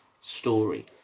story